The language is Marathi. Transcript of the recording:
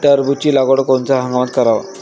टरबूजाची लागवड कोनत्या हंगामात कराव?